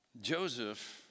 Joseph